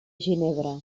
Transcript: ginebra